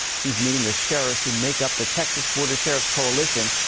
he is meeting with sheriffs who make up the texas border sheriffs' coalition.